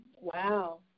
Wow